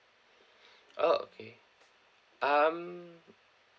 oh okay um